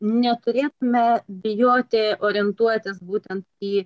neturėtume bijoti orientuotis būtent į